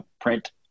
print